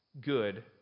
good